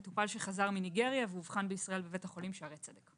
מטופל שחזר מניגריה ואובחן בישראל בבית החולים שערי צדק.